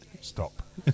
stop